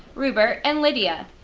rupert and lydia.